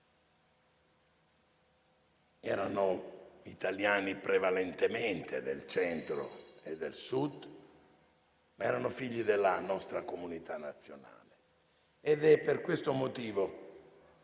Erano italiani prevalentemente del Centro e del Sud, ma erano figli della nostra comunità nazionale. È per tale motivo